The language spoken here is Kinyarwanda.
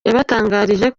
yabatangarije